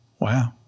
Wow